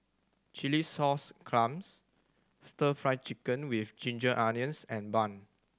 chilli sauce clams Stir Fry Chicken with ginger onions and bun